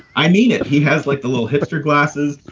i mean. he has like the little hipster glasses.